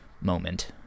moment